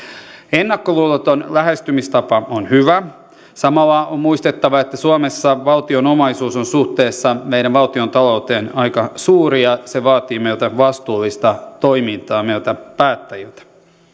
ennakkoluuloton lähestymistapa on hyvä samalla on muistettava että suomessa valtion omaisuus on suhteessa meidän valtiontalouteemme aika suuri ja se vaatii vastuullista toimintaa meiltä päättäjiltä